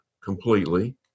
completely